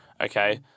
okay